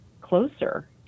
closer